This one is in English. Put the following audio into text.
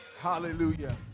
Hallelujah